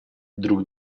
друг